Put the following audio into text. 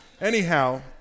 Anyhow